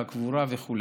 בקבורה וכו'.